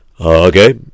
okay